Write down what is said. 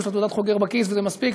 יש לו תעודת חוגר בכיס וזה מספיק,